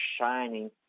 shining